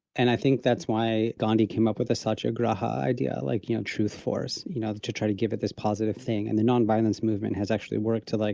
and i think that's why gandhi came up with satyagraha, like, you know, truth force, you know, to try to give it this positive thing. and the nonviolence movement has actually worked to like,